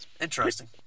Interesting